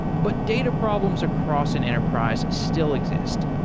but data problems across an enterprise still exist.